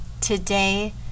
today